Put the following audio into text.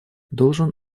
должен